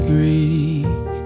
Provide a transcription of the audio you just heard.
Greek